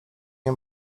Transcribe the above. nie